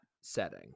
setting